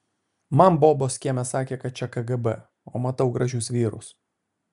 man bobos kieme sakė kad čia kgb o matau gražius vyrus